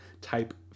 type